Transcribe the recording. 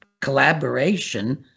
collaboration